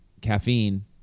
caffeine